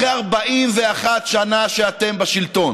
אחרי 41 שנה שאתם בשלטון,